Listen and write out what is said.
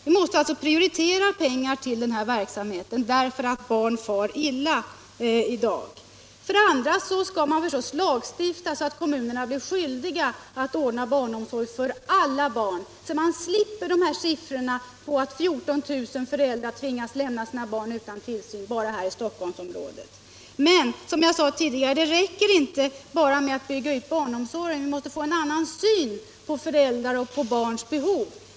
Vi måste alltså prioritera pengar till den här verksamheten därför att barn far illa i dag. För det andra skall man förstås lagstifta så att kommunerna blir skyldiga att ordna barnomsorg för alla barn så att vi slipper sådana här siffror som att 14 000 föräldrar tvingas lämna sina barn utan tillsyn bara här i Stockholmsområdet. Men, som jag sade tidigare, det räcker inte med ätt bygga ut barnomsorgen. Vi måste få en annan syn på föräldrars och barns behov.